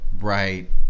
right